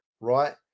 right